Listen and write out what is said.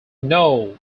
know